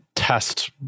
test